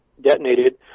detonated